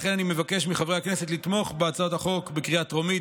לכן אני מבקש מחברי הכנסת לתמוך בהצעת החוק בקריאה טרומית,